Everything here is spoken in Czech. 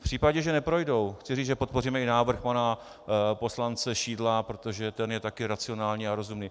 V případě, že neprojdou, chci říct, že podpoříme i návrh pana poslance Šidla, protože ten je taky racionální a rozumný.